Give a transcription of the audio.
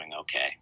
okay